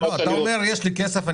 אתה אומר: יש לי כסף,